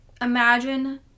Imagine